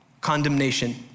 condemnation